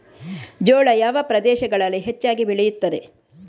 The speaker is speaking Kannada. ಜೋಳ ಯಾವ ಪ್ರದೇಶಗಳಲ್ಲಿ ಹೆಚ್ಚಾಗಿ ಬೆಳೆಯುತ್ತದೆ?